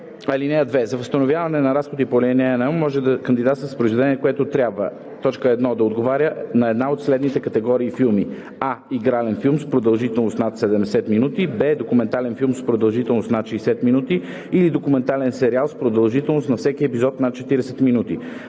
т. 2. (2) За възстановяване на разходи по ал. 1 може да се кандидатства с произведение, което трябва: 1. да отговаря на една от следните категории филм: а) игрален филм с продължителност над 70 минути; б) документален филм с продължителност над 60 минути или документален сериал с продължителност на всеки епизод над 40 минути;